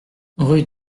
rue